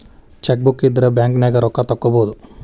chequebook ಇದ್ರ ಬ್ಯಾಂಕ್ನ್ಯಾಗ ರೊಕ್ಕಾ ತೊಕ್ಕೋಬಹುದು